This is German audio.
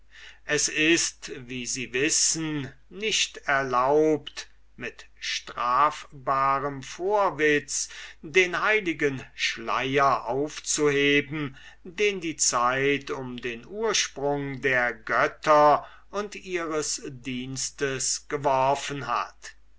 es ist wie sie wissen nicht erlaubt mit strafbarem vorwitz den heiligen schleier aufzuheben den die zeit um den ursprung der götter und ihres dienstes geworfen hat